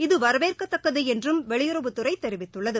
இது வரவேற்கத்தக்கது என்றும் வெளியுறவுத்துறை தெரிவித்துள்ளது